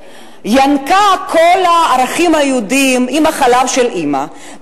ינקה את כל הערכים היהודיים עם החלב של אמא,